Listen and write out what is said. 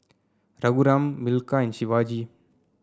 Raghuram Milkha and Shivaji